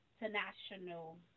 International